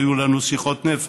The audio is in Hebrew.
היו לנו שיחות נפש,